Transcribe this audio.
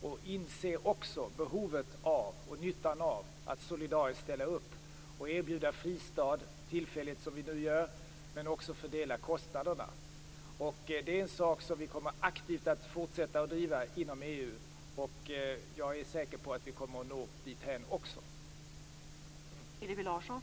Jag hoppas också att man inser behovet och nyttan av att solidariskt ställa upp, av att erbjuda fristad, tillfälligt som vi nu gör, men också av att fördela kostnaderna. Det är en sak som vi aktivt kommer att fortsätta att driva inom EU. Jag är säker på att vi också kommer att nå dithän.